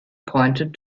pointed